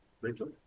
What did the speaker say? Rachel